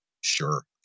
sure